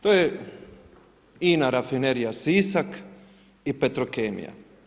To ja INA Rafinerija Sisak i Petrokemija.